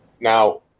Now